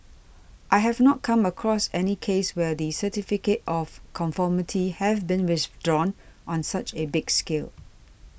I have not come across any case where the Certificate of Conformity have been withdrawn on such a big scale